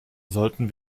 sollten